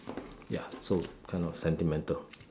ya so kind of sentimental